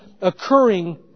occurring